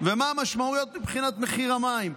ומה המשמעות של מחיר המים.